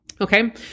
Okay